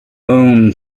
own